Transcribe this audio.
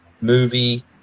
movie